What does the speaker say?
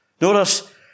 Notice